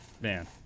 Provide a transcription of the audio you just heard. man